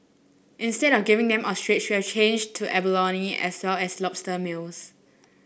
instead of giving them ostrich we have changed to abalone as well as lobster meals